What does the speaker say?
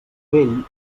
vell